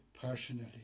personally